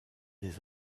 des